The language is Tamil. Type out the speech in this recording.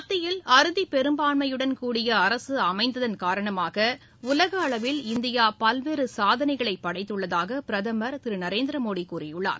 மத்தியில் அறுதிபெரும்பான்மையுடன் கூடிய அரசு அமைந்ததன் காரணமாக உலக அளவில் இந்தியா பல்வேறு சாதனைகளை படைத்துள்ளதாக பிரதமர் திரு நரேந்திர மோடி கூறியுள்ளார்